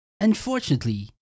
unfortunately